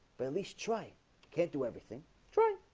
but at least try can't do everything try